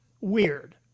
weird